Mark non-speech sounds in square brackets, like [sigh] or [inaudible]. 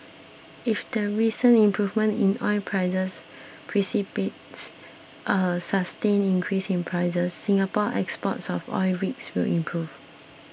if the recent improvement in oil prices [unintelligible] a sustained increase in prices Singapore's exports of oil rigs will improve